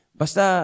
basta